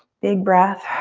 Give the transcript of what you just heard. big breath.